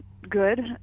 good